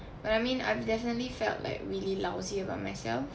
but I mean I've definitely felt like really lousy about myself